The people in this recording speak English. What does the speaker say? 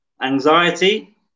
anxiety